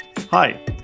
Hi